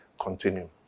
continue